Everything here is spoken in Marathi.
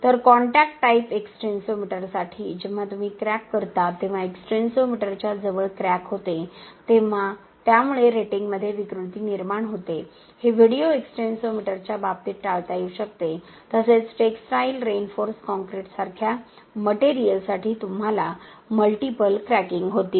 तर कॉन्टॅक्ट टाईप एक्स्टेन्सोमीटरसाठी जेव्हा तुम्ही क्रॅक करता तेव्हा एक्सटेन्सोमीटरच्या जवळ क्रॅक होते तेव्हा त्यामुळे रेटिंगमध्ये विकृती निर्माण होते हे व्हिडिओ एक्स्टेन्सोमीटरच्या बाबतीत टाळता येऊ शकते तसेच टेक्सटाईल रिइन्फोर्स्ड कॉंक्रिटसारख्या मटेरियलसाठी तुम्हाला मल्टिपल क्रॅकिंग होतील